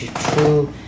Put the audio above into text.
true